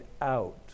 out